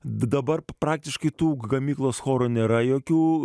dabar praktiškai tų gamyklos chorų nėra jokių